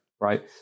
Right